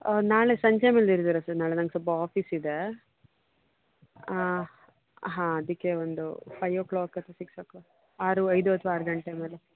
ನಾಳೆ ಸಂಜೆ ಮೇಲೆ ಇರ್ತೀರಾ ಸರ್ ನಾಳೆ ನಂಗೆ ಸ್ವಲ್ಪ ಆಫೀಸ್ ಇದೆ ಹಾಂ ಅದಕ್ಕೆ ಒಂದು ಫೈಯ್ ಓ ಕ್ಲಾಕ್ ಅಥವಾ ಸಿಕ್ಸ್ ಓ ಕ್ಲಾಕ್ ಆರು ಐದು ಅಥವಾ ಆರು ಗಂಟೆ ಮೇಲೆ